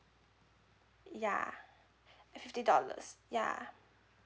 yeah and fifty dollars yeah